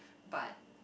but